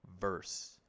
verse